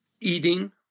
eating